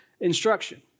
instruction